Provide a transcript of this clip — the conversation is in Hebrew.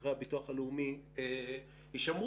מבוטחי הביטוח הלאומי ישמרו,